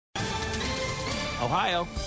Ohio